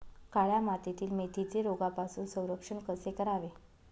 काळ्या मातीतील मेथीचे रोगापासून संरक्षण कसे करावे?